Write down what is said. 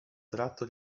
tratto